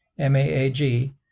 MAAG